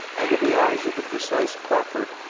under the eyes of the precise crawford,